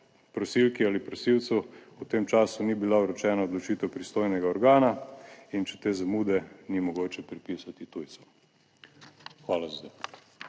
prosilki ali prosilcu v tem času ni bila vročena odločitev pristojnega organa in če te zamude ni mogoče pripisati tujcu. Hvala za